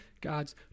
God's